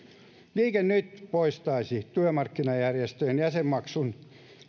liike nyt poistaisi työmarkkinajärjestöjen jäsenmaksun